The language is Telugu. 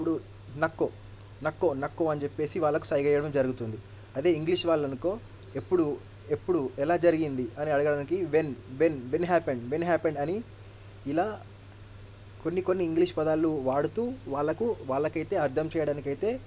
ఇప్పుడు నక్కో నక్కో నక్కో అని చెప్పేసి వాళ్లకు సైగ చేయడం జరుగుతుంది అదే ఇంగ్లీష్ వాళ్ళనుకో ఎప్పుడు ఎప్పుడు ఎలా జరిగింది అని అడగడానికి when when when happened when happened అని ఇలా కొన్ని కొన్ని ఇంగ్లీష్ పదాలు వాడుతూ వాళ్లకు వాళ్లకైతే అర్థం చేయడానికి అయితే